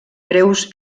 breus